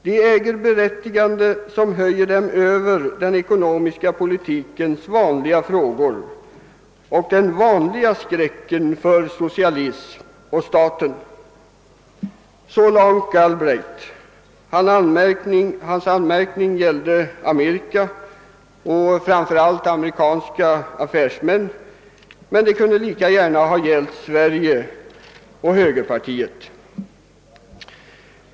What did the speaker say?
De äger ett berättigande som höjer dem över den ekonomiska politikens vanliga frågor och den vanliga skräcken för socialism och staten.» Dessa reflexioner gäller visserligen Amerika och framför allt amerikanska affärsmän, men de kunde lika gärna ha avsett Sverige och högerpartiet.